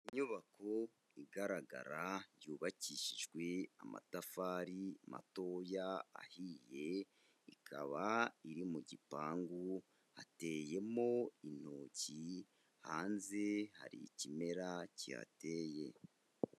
Inyubako igaragara yubakishijwe amatafari matoya ahiye, ikaba iri mu gipangu hateyemo intoki, hanze hari ikimera kihateye.